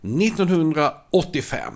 1985